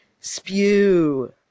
Spew